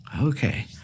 Okay